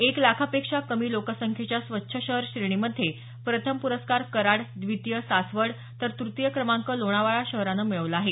एक लाखापेक्षा कमी लोकसंख्येच्या स्वच्छ शहर श्रेणीमध्ये प्रथम प्रस्कार कराड द्वितीय सासवड तर तुतीय क्रमांक लोणावळा शहरानं मिळविला आहे